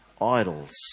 idols